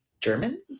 German